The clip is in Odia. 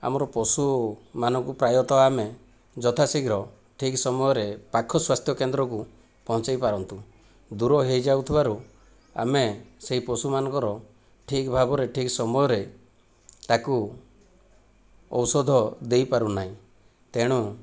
ଆମର ପଶୁମାନଙ୍କୁ ପ୍ରାୟତଃ ଆମେ ଯଥାଶୀଘ୍ର ଠିକ ସମୟରେ ପାଖ ସ୍ୱାସ୍ଥ୍ୟ କେନ୍ଦ୍ରକୁ ପହଞ୍ଚେଇ ପାରନ୍ତୁ ଦୂର ହୋଇଯାଉଥିବାରୁ ଆମେ ସେହି ପଶୁମାନଙ୍କର ଠିକ ଭାବରେ ଠିକ ସମୟରେ ତାକୁ ଔଷଧ ଦେଇପାରୁନାହିଁ ତେଣୁ